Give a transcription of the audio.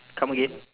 come again